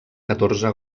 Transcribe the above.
catorze